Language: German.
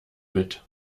mit